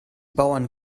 bauern